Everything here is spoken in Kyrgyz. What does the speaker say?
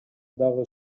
дагы